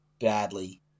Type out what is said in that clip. badly